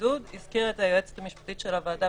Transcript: והזכירה את זה היועצת המשפטית של הוועדה